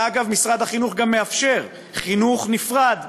אגב, משרד החינוך גם מאפשר חינוך נפרד בערבית,